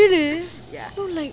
really no like